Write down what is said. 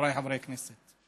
חבריי חברי הכנסת,